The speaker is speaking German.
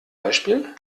beispiel